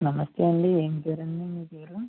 నమస్తే అండి ఏం పేరు అండి మీ పేరు